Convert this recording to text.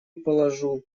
положу